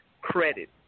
credit